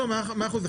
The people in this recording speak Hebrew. מאה אחוז.